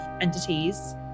entities